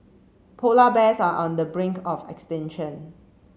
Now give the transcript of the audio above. polar bears are on the brink of extinction